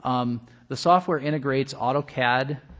um the software integrates autocad